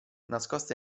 nascoste